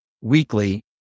weekly